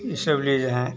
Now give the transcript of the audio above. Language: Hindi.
यह सब ले जाएँ